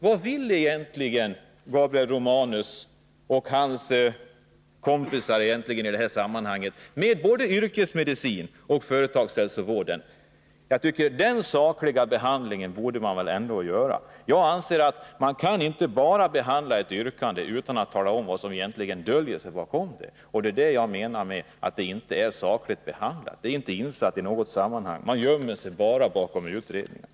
Vad vill egentligen Gabriel Romanus och hans kompisar i utskottet när det gäller yrkesmedicinen och företagshälsovården? Den sakliga behandlingen borde man väl ändå ge motionen att man anger det! Man kan inte behandla ett yrkande utan att ta upp den verklighet som döljer sig bakom det. Därför menar jag att motionen inte är sakbehandlad. Yrkandena är inte insatta i något sammanhang. Utskottet bara gömmer sig bakom utredningar.